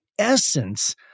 essence